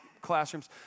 classrooms